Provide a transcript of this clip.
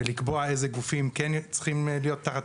ולקבוע אילו גופים כן צריכים להיות תחת